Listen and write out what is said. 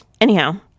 anyhow